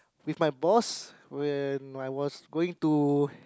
with my boss when I was going to